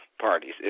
parties